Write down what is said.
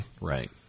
Right